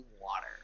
water